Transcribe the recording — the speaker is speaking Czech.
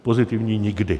Pozitivní nikdy.